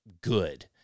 good